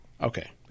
Okay